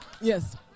Yes